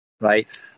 right